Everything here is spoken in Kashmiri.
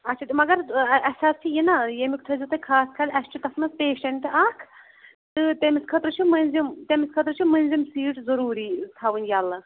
اچھا تہٕ مگر اَسہِ حظ چھِ نہ ییٚمیُک تھٲیزیو تُہۍ خاص خَیال اَسہِ چھُ تَتھ منٛز پیشَنٹ اَکھ تہٕ تٔمِس خٲطرٕ چھُ مٔنٛزِم تٔمِس خٲطرٕ چھُ مٔنٛزِم سیٖٹ ضٔروٗری تھاوٕنۍ یَلہٕ